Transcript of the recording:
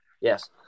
Yes